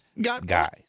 Guy